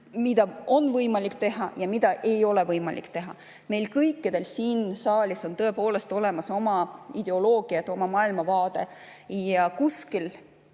mida on võimalik teha ja mida ei ole võimalik teha. Meil kõikidel siin saalis on tõepoolest olemas oma ideoloogia, oma maailmavaade. Kuskil